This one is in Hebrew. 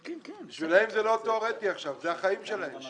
בשבילם זה לא תיאורטי עכשיו, זה החיים שלהם.